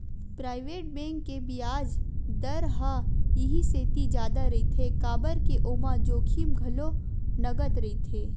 private bank के बियाज दर ह इहि सेती जादा रहिथे काबर के ओमा जोखिम घलो नँगत रहिथे